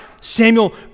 Samuel